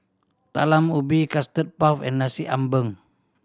Talam Ubi Custard Puff and Nasi Ambeng